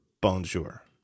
Bonjour